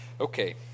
Okay